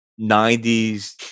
90s